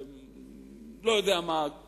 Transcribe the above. זאת התרבות הערבית,